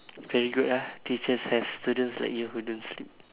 very good ah teachers have students like you who don't sleep